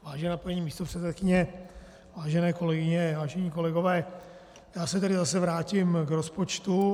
Vážená paní místopředsedkyně, vážené kolegyně, vážení kolegové, já se tedy zase vrátím k rozpočtu.